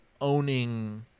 owning